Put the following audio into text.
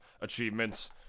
Achievements